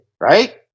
right